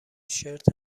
شرت